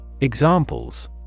Examples